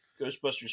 Ghostbusters